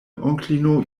onklino